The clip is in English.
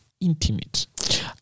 intimate